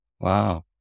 Wow